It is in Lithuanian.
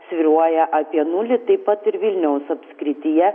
svyruoja apie nulį taip pat ir vilniaus apskrityje